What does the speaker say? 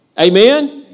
Amen